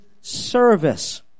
service